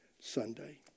Sunday